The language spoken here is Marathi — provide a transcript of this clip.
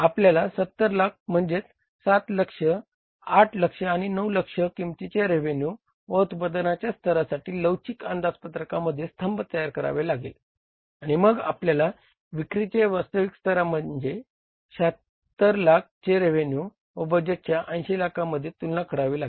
आपल्याला 70 लाख म्हणजे 7 दशलक्ष 8 दशलक्ष आणि 9 दशलक्ष किंमतीच्या रेव्हेन्यू व उत्पादन स्तरासाठी लवचिक अंदाजपत्रकामध्ये स्तंभ तयार करावे लागेल आणि मग आपल्याला विक्रीचे वास्तविक स्तर म्हणजे 7600000 चे रेव्हेन्यू व बजेटच्या 80 लाखांमध्ये तुलना करावी लागेल